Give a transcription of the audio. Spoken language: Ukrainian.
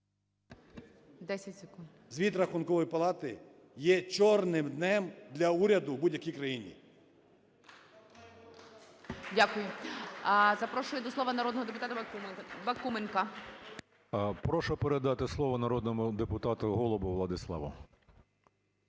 Звіт рахункової палати є чорним днем для уряду в будь-якій країні.